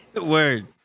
Word